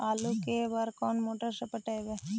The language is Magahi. आलू के बार और कोन मोटर से पटइबै?